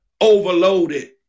overloaded